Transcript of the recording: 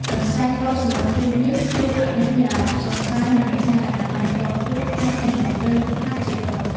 កន្សែងតូចសម្រាប់ជូតញើស ជួយឱ្យអ្នកមានអារម្មណ៍ស្រស់ស្រាយ និងរក្សាអនាម័យផ្ទាល់ខ្លួនក្នុងកំឡុងពេលហ្វឹកហាត់ជាក្រុម។